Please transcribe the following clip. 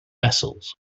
vessels